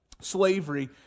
slavery